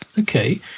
Okay